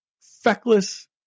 feckless